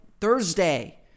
Thursday